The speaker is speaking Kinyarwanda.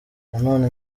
nanone